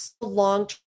long